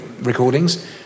recordings